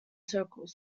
circles